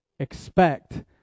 expect